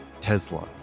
Tesla